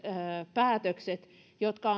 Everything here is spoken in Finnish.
päätökset jotka